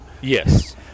Yes